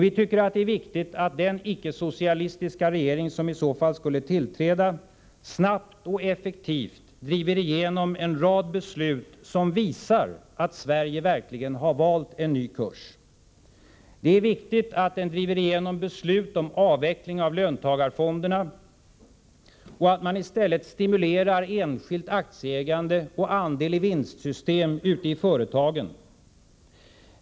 Vi tycker att det är viktigt att den icke-socialistiska regering som i så fall skulle tillträda snabbt och effektivt driver igenom en rad beslut som visar att Sverige verkligen har valt en ny kurs. Det är viktigt att den driver igenom beslut om avveckling av löntagarfonderna och att man i stället stimulerar enskilt aktieägande och andel-i-vinstsystem för de anställda i företagen.